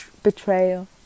betrayal